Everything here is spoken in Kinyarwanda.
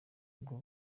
ubwo